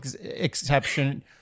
exception